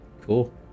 cool